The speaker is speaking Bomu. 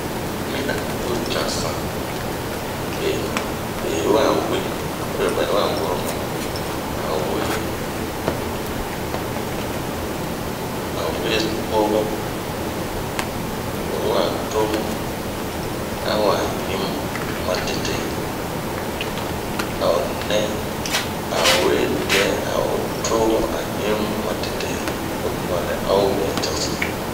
Oyi mina a oto cansan bena, be yiwa we obɛn be yi wa woro aa...o we tomu, oyi wa tomu a owa ɲimu, matete a o nɛ ao we ɲimu atomu matete to bun ma nɛ ao bɛ cansan.